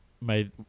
made